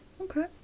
Okay